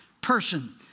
person